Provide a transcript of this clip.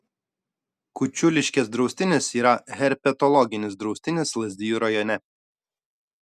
kučiuliškės draustinis yra herpetologinis draustinis lazdijų rajone